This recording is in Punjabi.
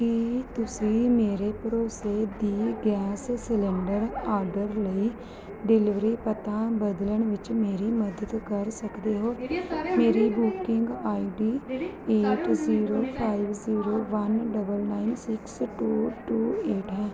ਕੀ ਤੁਸੀਂ ਮੇਰੇ ਭਰੋਸੇ 'ਤੇ ਗੈਸ ਸਿਲੰਡਰ ਆਰਡਰ ਲਈ ਡਿਲਿਵਰੀ ਪਤਾ ਬਦਲਣ ਵਿੱਚ ਮੇਰੀ ਮਦਦ ਕਰ ਸਕਦੇ ਹੋ ਮੇਰੀ booking ID eight zero five zero one double nine six two two eight ਹੈ